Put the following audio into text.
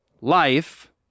Life